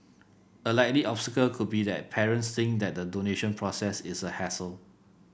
a likely obstacle could be that parents think that the donation process is a hassle